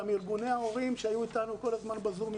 גם ארגוני ההורים שהיו אתנו כל הזמן ב-זום,